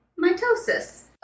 Mitosis